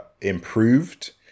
improved